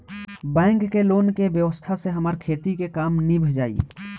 bank के loan के व्यवस्था से हमार खेती के काम नीभ जाई